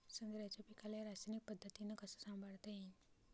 संत्र्याच्या पीकाले रासायनिक पद्धतीनं कस संभाळता येईन?